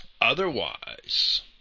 otherwise